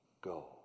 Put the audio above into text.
go